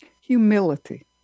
humility